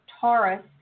Taurus